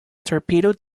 torpedo